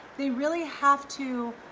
they really have to